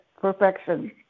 perfection